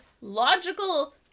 logical